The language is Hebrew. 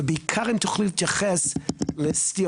ובעיקר אם תוכלי להתייחס לסטיות.